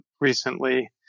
recently